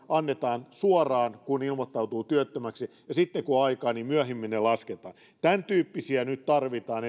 annetaan suoraan kun ilmoittautuu työttömäksi ja sitten kun on aikaa niin myöhemmin ne lasketaan tämäntyyppisiä nyt tarvitaan